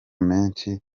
menshi